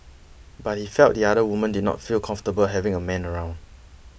but he felt the other woman did not feel comfortable having a man around